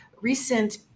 recent